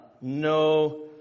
no